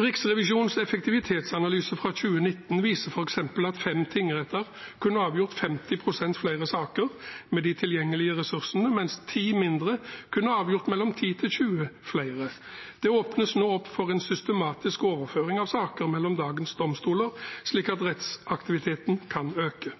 Riksrevisjonens effektivitetsanalyse fra 2019 viser f. eks. at fem tingretter kunne avgjort 50 pst. flere saker med de tilgjengelige ressursene, mens ti mindre tingretter kunne avgjort mellom 10 og 20 pst. flere saker. Det åpnes nå opp for en systematisk overføring av saker mellom dagens domstoler, slik at rettsaktiviteten kan øke.